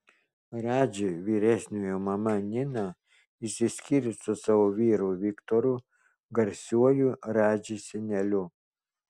radži vyresniojo mama nina išsiskyrė su savo vyru viktoru garsiuoju radži seneliu